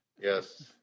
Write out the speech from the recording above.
Yes